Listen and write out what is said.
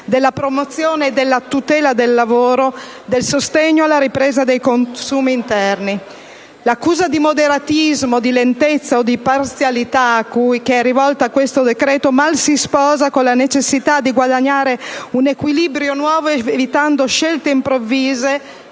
della promozione e della tutela del lavoro, del sostegno alla ripresa dei consumi interni. L'accusa di moderatismo, di lentezza o di parzialità rivolta a questo decreto mal si sposa con la necessità di guadagnare un equilibrio nuovo, evitando scelte improvvise,